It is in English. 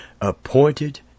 appointed